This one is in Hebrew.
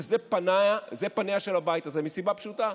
אלו פניו של הבית הזה, מסיבה פשוטה: